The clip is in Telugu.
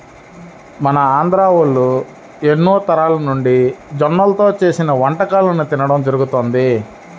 మన ఆంధ్రోల్లు ఎన్నో తరాలనుంచి జొన్నల్తో చేసిన వంటకాలను తినడం జరుగతంది